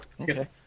Okay